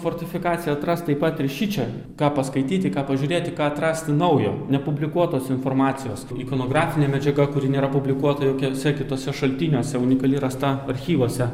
fortifikacija atras taip pat ir šičia ką paskaityti ką pažiūrėti ką atrasti naujo nepublikuotos informacijos ikonografinė medžiaga kuri nėra publikuota jokiuose kituose šaltiniuose unikali rasta archyvuose